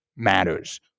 matters